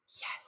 Yes